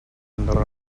andorra